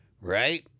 Right